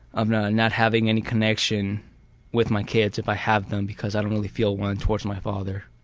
um not and not having any connection with my kids, if i have them, because i don't really feel one towards my father.